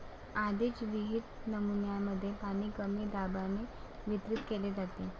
आधीच विहित नमुन्यांमध्ये पाणी कमी दाबाने वितरित केले जाते